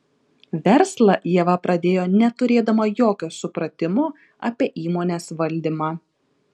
verslą ieva pradėjo neturėdama jokio supratimo apie įmonės valdymą